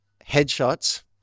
Headshots